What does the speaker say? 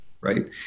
right